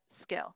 skill